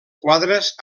quadres